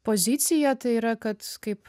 poziciją tai yra kad kaip